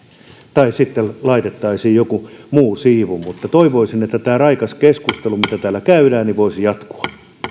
tai sitten laitettaisiin joku muu siivu mutta toivoisin että tämä raikas keskustelu mitä tällä käydään voisi jatkua